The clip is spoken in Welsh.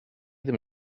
ddim